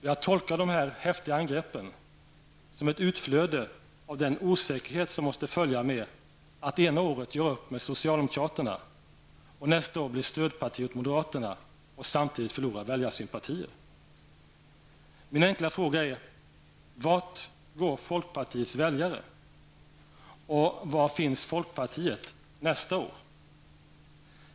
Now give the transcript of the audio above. Jag tolkar hans häftiga angrepp som ett utflöde av den osäkerhet som måste följa med att ena året göra upp med socialdemokraterna och nästa år bli stödparti åt moderaterna och samtidigt förlora väljarsympatier. Min enkla fråga är: Vart går folkpartiets väljare och var finns folkpartiet nästa år?